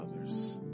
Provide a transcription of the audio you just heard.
others